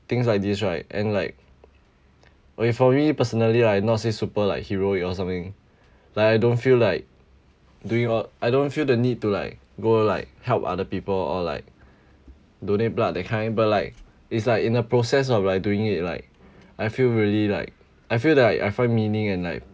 things like this right and like okay for me personally lah not say super like heroic or something like I don't feel like doing or I don't feel the need to like go like help other people or like donate blood that kind but like it's like in a process of like doing it like I feel really like I feel like I find meaning and like